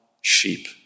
sheep